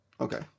Okay